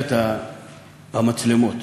סוגיית המצלמות.